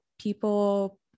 people